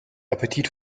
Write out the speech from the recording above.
appetit